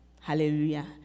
hallelujah